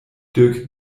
dirk